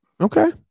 Okay